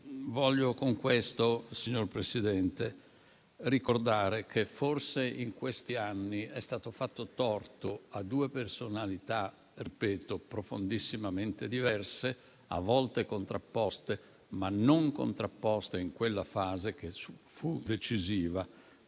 con questo voglio ricordare che forse negli ultimi anni è stato fatto torto a due personalità - ripeto - profondissimamente diverse, a volte contrapposte, ma non contrapposte in quella fase che fu decisiva